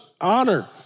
honor